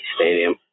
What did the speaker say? Stadium